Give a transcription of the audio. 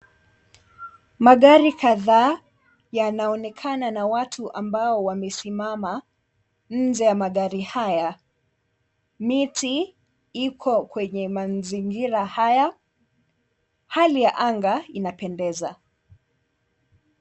Magari kadhaa yanaonekana na watu ambao wamesimama nje ya magari haya, miti iko kwenye mazingira haya hali ya anga inapendeza.